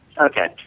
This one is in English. Okay